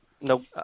Nope